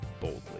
boldly